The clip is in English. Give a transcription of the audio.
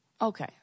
Okay